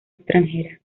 extranjera